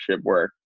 work